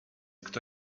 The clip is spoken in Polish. kto